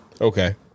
okay